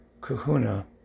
Kahuna